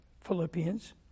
Philippians